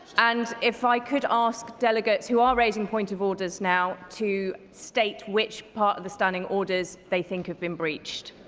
and if i could ask delegates who are raising point of orders now to state which part of the standing orders that they think have been breached.